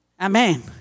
Amen